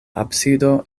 absido